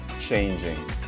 changing